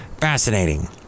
Fascinating